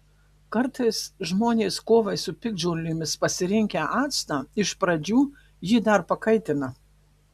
kartais žmonės kovai su piktžolėmis pasirinkę actą iš pradžių jį dar pakaitina